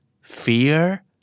Fear